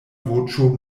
voĉo